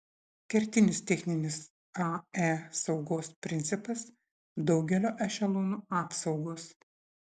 kertinis techninis ae saugos principas daugelio ešelonų apsaugos